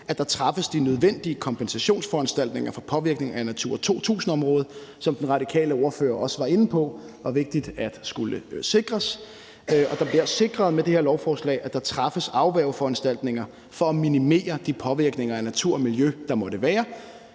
at der træffes de nødvendige kompensationsforanstaltninger for påvirkning af Natura 2000-området. Den radikale ordfører var også inde på, at det var vigtigt, at de skulle sikres, og det bliver sikret med det her lovforslag, at der træffes afværgeforanstaltninger for at minimere de påvirkninger af natur og miljø, der måtte være.